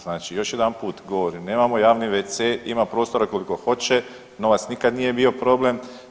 Znači još jedanput govorim, nemamo javni wc, ima prostora koliko hoće, novac nikad nije bio problem.